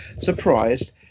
surprised